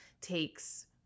takes